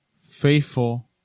Faithful